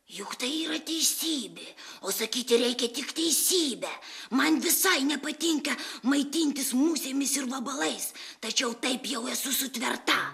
juk tai yra teisybė o sakyti reikia tik teisybę man visai nepatinka maitintis musėmis ir vabalais tačiau taip jau esu sutverta